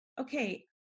okay